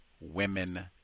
women